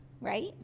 right